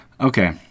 Okay